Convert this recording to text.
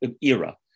era